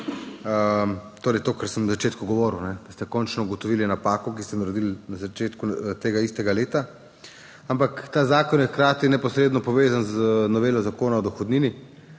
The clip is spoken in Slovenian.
Torej, to kar sem na začetku govoril, da ste končno ugotovili napako, ki ste jo naredili na začetku tega istega leta, ampak ta zakon je hkrati neposredno povezan z novelo Zakona o dohodnini